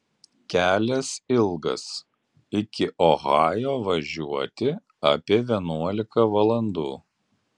kelias ilgas iki ohajo važiuoti apie vienuolika valandų